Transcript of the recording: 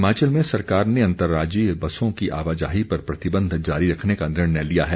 हिमाचल में सरकार ने अंतर्राज्यीय बसों की आवाजाही पर प्रतिबंध जारी रखने का निर्णय लिया है